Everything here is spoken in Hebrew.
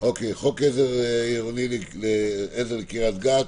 חוק עזר עירוני קריית גת.